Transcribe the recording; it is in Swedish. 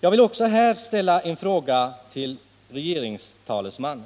Jag vill också här ställa en fråga till regeringens talesman: